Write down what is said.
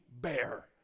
bear